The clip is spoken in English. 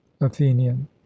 athenian